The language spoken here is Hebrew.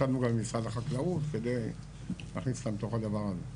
ישבנו גם עם משרד החקלאות כדי להכניס אותם לתוך הדבר הזה.